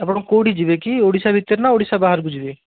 ଆପଣ କୋଉଠି ଯିବେ କି ଓଡ଼ିଶା ଭିତରେ ନା ଓଡ଼ିଶା ବାହାରକୁ ଯିବେ